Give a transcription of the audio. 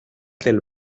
del